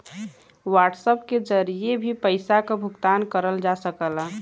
WhatsApp के जरिए भी पइसा क भुगतान करल जा सकला